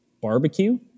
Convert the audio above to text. Barbecue